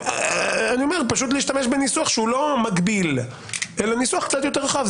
אני אומר פשוט להשתמש בניסוח שהוא לא מגביל אלא ניסוח קצת יותר רחב.